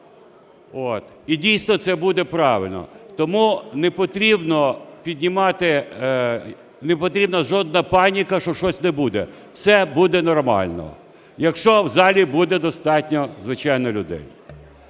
І дійсно, це буде правильно. Тому не потрібно піднімати… не потрібна жодна паніка, що щось не буде. Все буде нормально, якщо в залі буде достатньо, звичайно, людей.